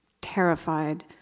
terrified